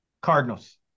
Cardinals